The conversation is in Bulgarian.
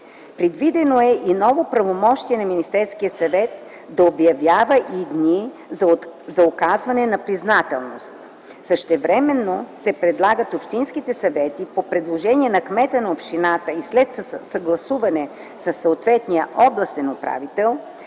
Предвидено е и ново правомощие на Министерския съвет – да обявява и дни за оказване на признателност. Същевременно се предлага общинските съвети, по предложение на кмета на общината и след съгласуване със съответния областен управител,